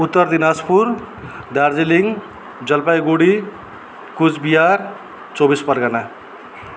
Uttar Dinajpur Darjeeling Jalpaiguri Coochbehar Chaubis Pargana